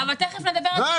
די,